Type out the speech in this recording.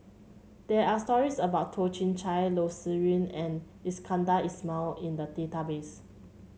there are stories about Toh Chin Chye Loh Sin Yun and Iskandar Ismail in the database